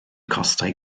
costau